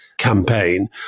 campaign